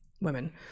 women